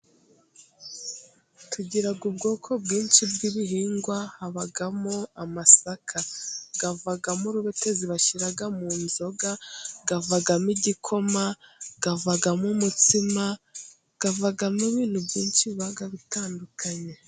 Tugiraga ubwoko bwinshi bw'ibihingwa, habagamo amasaka gavagamo urubetezi bashyiraga mu nzoga, gavagamo igikoma, gavagamo umutsima, gavagamo ibintu byinshi, bigiye bitandukanye.